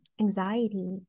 anxiety